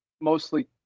mostly